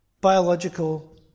biological